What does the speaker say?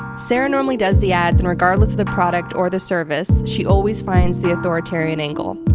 sarah normally does the ads and regardless of the product or the service she always finds the authoritarian angle.